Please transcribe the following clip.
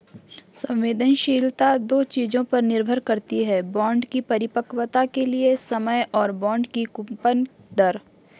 संवेदनशीलता दो चीजों पर निर्भर करती है बॉन्ड की परिपक्वता के लिए समय और बॉन्ड की कूपन दर